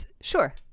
sure